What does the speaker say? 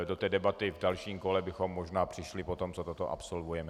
Do té debaty v dalším kole bychom možná přišli poté, co toto absolvujeme.